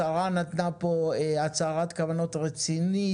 השרה נתנה פה הצהרת כוונות רצינית,